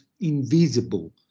invisible